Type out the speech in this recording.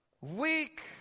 weak